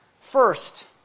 First